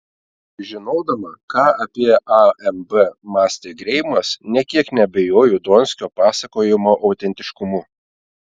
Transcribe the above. žinodama ką apie amb mąstė greimas nė kiek neabejoju donskio pasakojimo autentiškumu